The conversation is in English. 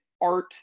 art